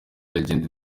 legend